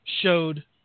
showed